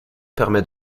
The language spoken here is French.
permet